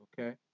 okay